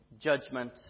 judgment